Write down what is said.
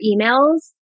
emails